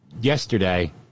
yesterday